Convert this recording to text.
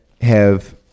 have-